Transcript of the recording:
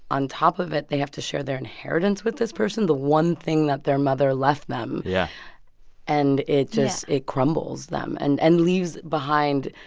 on top of it, they have to share their inheritance with this person the one thing that their mother left them yeah and it just it crumbles them and and leaves behind,